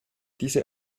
diese